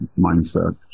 mindset